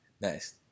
Nice